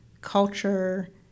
culture